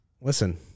listen